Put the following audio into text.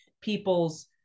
people's